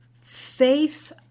faith